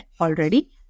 already